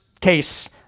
case